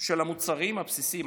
של המוצרים הבסיסיים.